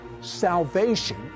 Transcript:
salvation